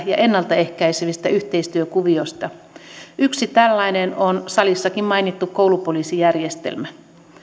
ja ennalta ehkäisevistä yhteistyökuvioista yksi tällainen on salissakin mainittu koulupoliisijärjestelmä